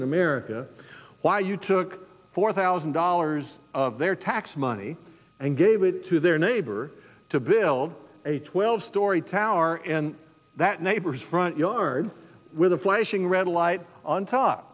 in america why you took four thousand dollars of their tax money and gave it to their neighbor to build a twelve story tower in that neighbor's front yard with a flashing red light on top